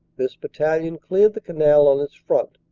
this battalion cleared the canal on its front,